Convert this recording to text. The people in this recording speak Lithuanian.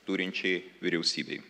turinčiai vyriausybei